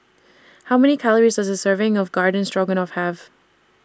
How Many Calories Does A Serving of Garden Stroganoff Have